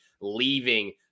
leaving